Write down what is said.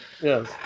Yes